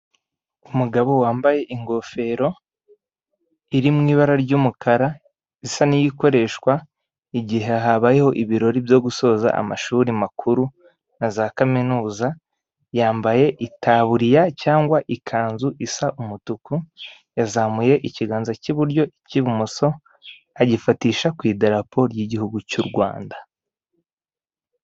Abayobozi bicaye mu cyumba cyagenewe gukorerwamo inama, imbere yabo yateretse ameza ariho igitambaro cy'umukara kuriyo meza hariho ibitabo n'amazi yo kunywa mu macupa.